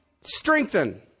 strengthen